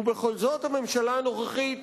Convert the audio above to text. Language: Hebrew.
ובכל זאת הממשלה הנוכחית